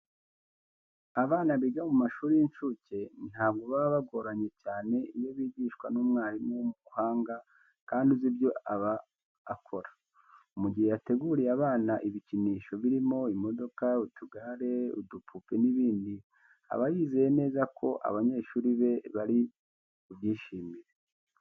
Abana biga mu mashuri y'incuke ntabwo baba bagoranye cyane iyo bigishwa n'umwarimu w'umuhanga kandi uzi ibyo aba akora. Mu gihe yateguriye abana ibikinisho birimo imodoka, utugare, udupupe n'ibindi aba yizeye neza ko abanyeshuri be bari bubyishimire.